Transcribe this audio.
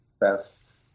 best